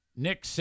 Nick